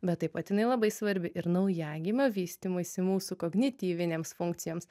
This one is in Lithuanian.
bet taip pat jinai labai svarbi ir naujagimio vystymuisi mūsų kognityvinėms funkcijoms